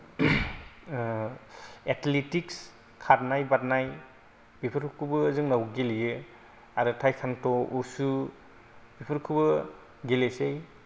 athletics खारनाय बारनाय बेफोरखौबो जोंनाव गेलेयो आरो थायकान्द' वुसु बेफोरखौबो गेलेसै